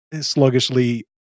sluggishly